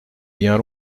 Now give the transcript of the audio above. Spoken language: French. bien